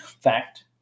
fact